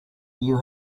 you